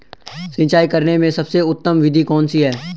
सिंचाई करने में सबसे उत्तम विधि कौन सी है?